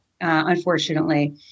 unfortunately